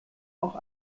auch